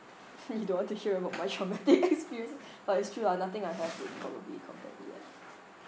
you don't want to hear about my traumatic experience but it's true lah nothing I have been probably compared to like